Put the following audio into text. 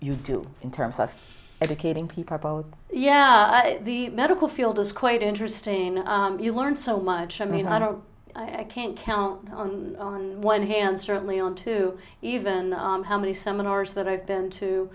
you do in terms of educating people about yeah the medical field is quite interesting you learn so much i mean i don't i can't count on one hand certainly on to even how many seminars that i've been to